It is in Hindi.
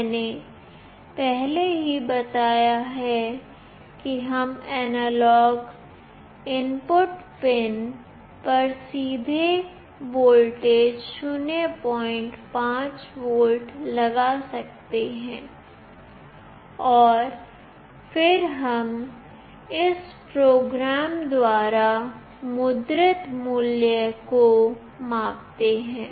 मैंने पहले ही बताया है कि हम एनालॉग इनपुट पिन पर सीधे वोल्टेज 05 वोल्ट लगा सकते हैं और फिर हम प्रोग्राम द्वारा मुद्रित मूल्य को मापते हैं